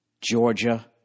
Georgia